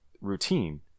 routine